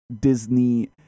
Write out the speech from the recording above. disney